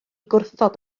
gwrthod